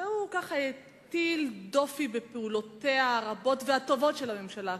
והוא ככה הטיל דופי בפעולותיה הרבות והטובות של הממשלה הקודמת.